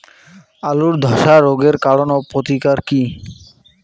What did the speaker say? আলুর ধসা রোগের কারণ ও প্রতিকার কি?